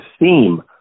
theme